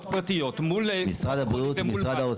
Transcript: פרטיות מול --- משרד הבריאות ומשרד האוצר,